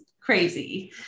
crazy